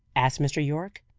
asked mr. yorke.